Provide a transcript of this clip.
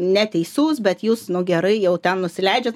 neteisus bet jūs nu gerai jau ten nusileidžiat